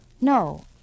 No